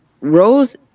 Rose